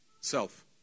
Self